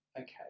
Okay